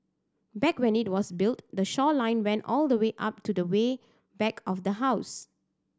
back when it was built the shoreline went all the way up to the way back of the house